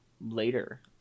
later